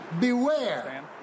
Beware